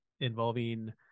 involving